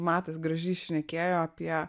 matas gražiai šnekėjo apie